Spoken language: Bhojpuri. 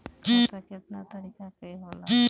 खाता केतना तरीका के होला?